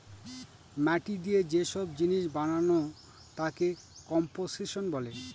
মাটি দিয়ে যে সব জিনিস বানানো তাকে কম্পোসিশন বলে